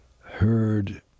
heard